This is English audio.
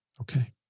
Okay